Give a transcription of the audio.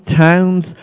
towns